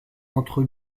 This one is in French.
entre